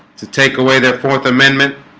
to take away their fourth amendment